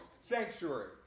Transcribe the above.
sanctuary